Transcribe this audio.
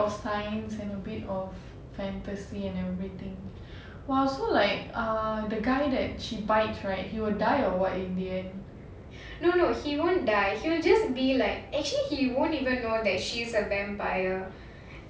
no no he won't die he'll just be like actually he won't even know that she's a vampire